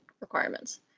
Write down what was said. requirements